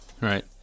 right